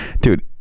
Dude